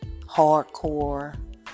hardcore